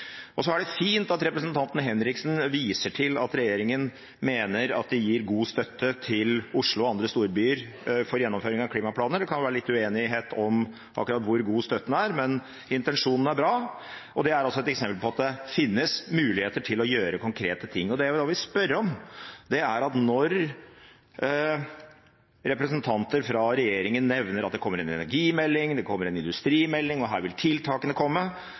er fint at representanten Henriksen viser til at regjeringen mener de gir god støtte til Oslo og andre storbyer for gjennomføring av klimaplaner. Det kan være litt uenighet om akkurat hvor god støtten er, men intensjonen er bra, og det er et eksempel på at det finnes muligheter til å gjøre konkrete ting. Det jeg da vil spørre om, er: Når representanter fra regjeringen nevner at det kommer en energimelding, det kommer en industrimelding, og her vil tiltakene komme,